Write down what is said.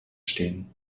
stehen